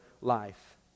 life